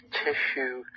tissue